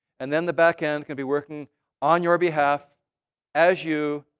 and then the back-end can be working on your behalf as you,